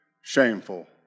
shameful